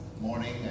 morning